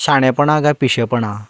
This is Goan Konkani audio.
शाणेपणां काय पिशेपणां